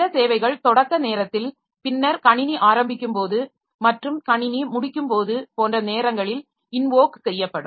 சில சேவைகள் தொடக்க நேரத்தில் பின்னர் கணினி ஆரம்பிக்கும்போது மற்றும் கணினி முடிக்கும்போது போன்ற நேரங்களில் இன்வோக் செய்யப்படும்